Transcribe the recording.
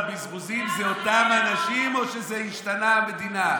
בזבוזים זה אותם אנשים או שהשתנתה המדינה.